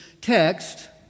text